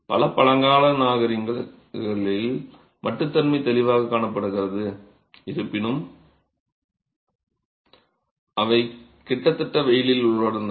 பல பழங்கால நாகரிகங்களில் மட்டுத்தன்மை தெளிவாகக் காணப்படுகிறது இருப்பினும் அவை கிட்டத்தட்ட வெயிலில் உலர்ந்தன